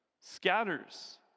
scatters